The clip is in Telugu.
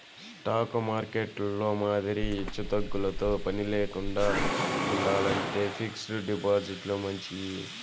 స్టాకు మార్కెట్టులో మాదిరి ఎచ్చుతగ్గులతో పనిలేకండా ఉండాలంటే ఫిక్స్డ్ డిపాజిట్లు మంచియి